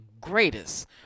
greatest